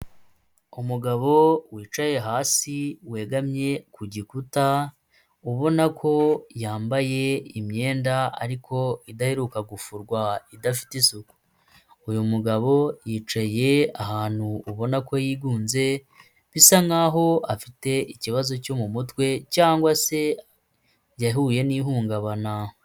Umugabo wicaye hasi wegamye ku gikuta ubona ko yambaye imyenda ariko idaheruka gufurwa idafite isuku, uyu mugabo yicaye ahantu ubona ko yigunze bisa nkaho afite ikibazo cyo mu mutwe cyangwa se yahuye n'ihungabana.